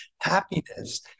happiness